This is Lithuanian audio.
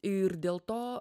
ir dėl to